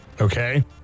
Okay